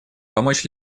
помочь